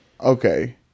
Okay